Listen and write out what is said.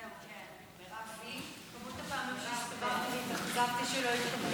יצא שבדיוק החלפנו פה כשאני בתור.